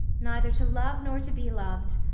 neither to love nor to be loved,